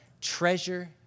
treasure